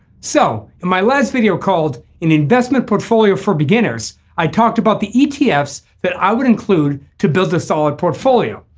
so in my last video called an investment portfolio for beginners i talked about the etf's that i would include to build a solid portfolio.